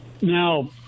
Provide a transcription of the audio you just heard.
now